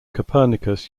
copernicus